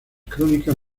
crónicas